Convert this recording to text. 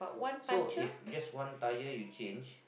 so if just one tire you change